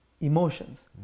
emotions